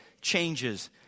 changes